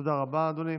תודה רבה, אדוני.